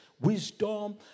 wisdom